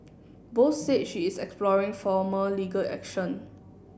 Bose said she is exploring formal legal action